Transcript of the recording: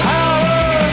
Power